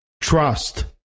trust